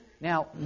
Now